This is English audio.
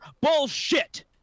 Bullshit